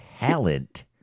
Talent